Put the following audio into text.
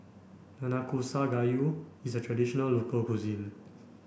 Nanakusa Gayu is a traditional local cuisine